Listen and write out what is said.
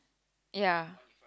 ya